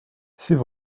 c’est